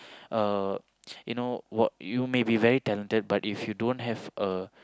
uh you know what you may be very talented but if you don't have a